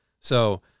So-